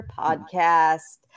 podcast